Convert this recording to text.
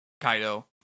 Kaido